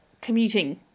commuting